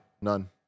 None